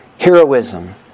Heroism